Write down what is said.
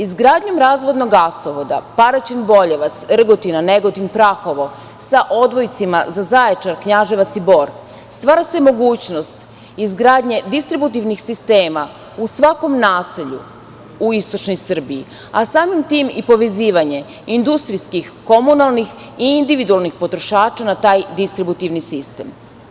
Izgradnjom razvodnog gasovoda Paraćin-Boljevac-Rgotina-Negotin-Prahovo sa odvojcima za Zaječar, Knjaževac i Bor, stvara se mogućnost izgradnje distributivnih sistema u svakom naselju u istočnoj Srbiji, a samim tim i povezivanje industrijskih komunalnih i individualnih potrošača na taj distributivni sistem.